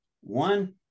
One